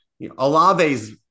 Alave's